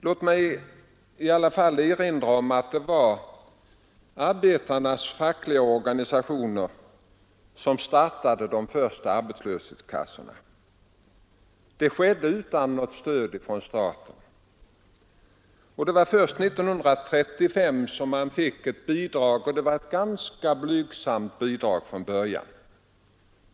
Låt mig i alla fall erinra om att det var arbetarnas fackliga organisationer som startade de första arbetslöshetskassorna. Det skedde utan något stöd från staten. Först 1935 fick de ett sådant bidrag, och det var ganska blygsamt från början.